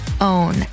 own